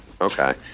okay